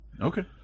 Okay